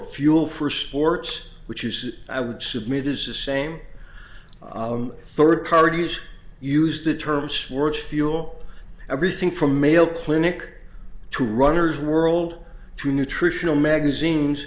fuel for sports which is i would submit is the same third parties used the term sports fuel everything from male clinic to runners world to nutritional magazines